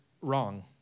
wrong